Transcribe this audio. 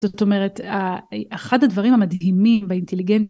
זאת אומרת, אחד הדברים המדהימים באינטליגנט...